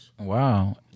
Wow